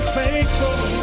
faithful